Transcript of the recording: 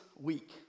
week